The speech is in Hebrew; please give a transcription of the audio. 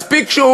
מספיק שהוא